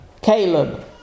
Caleb